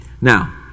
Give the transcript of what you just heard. Now